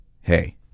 hey